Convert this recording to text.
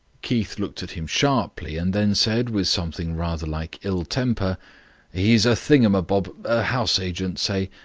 keith looked at him sharply, and then said, with something rather like ill-temper he's a thingum-my-bob, a house-agent, say.